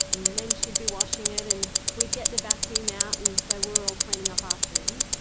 then she would be washing it, and we'd get the vacuum out and so we're all cleaning up after him.